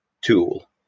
tool